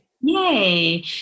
Yay